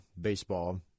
baseball